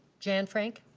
jan frank?